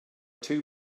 two